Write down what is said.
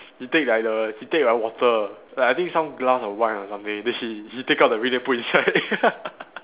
he take like the he take like water like I think like some glass or wine or something then he he take out the ring and put inside